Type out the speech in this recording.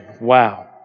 Wow